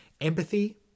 Empathy